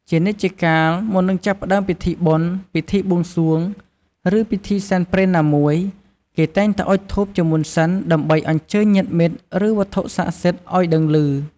ជានិច្ចជាកាលមុននឹងចាប់ផ្តើមពិធីបុណ្យ ពិធីបួងសួង ឬពិធីសែនព្រេនណាមួយ គេតែងតែអុជធូបជាមុនសិន ដើម្បីអញ្ជើញញាតិមិត្ត ឬវត្ថុស័ក្តិសិទ្ធិអោយដឹងឮ។